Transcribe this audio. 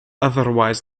otherwise